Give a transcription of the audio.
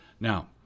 Now